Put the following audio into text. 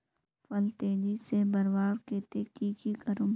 फल तेजी से बढ़वार केते की की करूम?